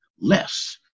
less